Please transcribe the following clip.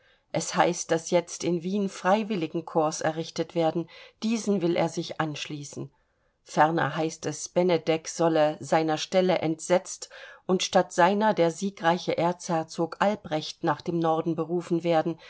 es heißt daß jetzt in wien freiwilligen korps errichtet werden diesen will er sich anschließen ferner heißt es benedek solle seiner stelle entsetzt und statt seiner der siegreiche erzherzog albrecht nach dem norden berufen werden